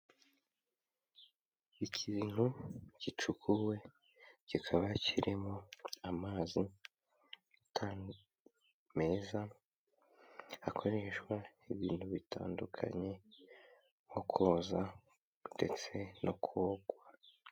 Ikintu gicukuwe kikaba kirimo amazi meza akoreshwa